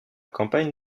campagne